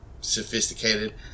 sophisticated